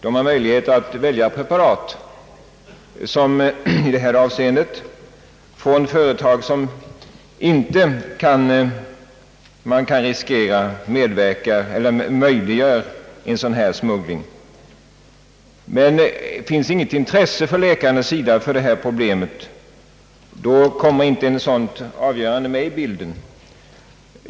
De har möjligheter att köpa preparat från företag, som man inte behöver riskera möjliggör någon narkotikasmuggling. Har emellertid läkarna inget in tresse för detta problem, kommer ett sådant avgörande inte med i bilden.